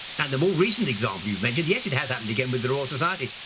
and the more recent example you've mentioned, yes, it has happened again with the royal society.